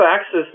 access